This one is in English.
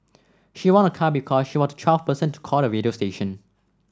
she won a car because she was the twelfth person to call the radio station